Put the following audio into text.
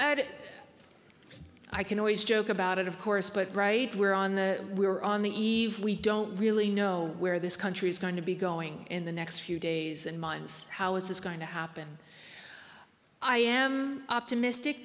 it i can always joke about it of course but right we're on the we're on the eve we don't really know where this country's going to be going in the next few days and months how is this going to happen i am optimistic